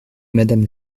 madame